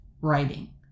writing